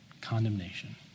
condemnation